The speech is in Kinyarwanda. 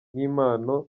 nk’impano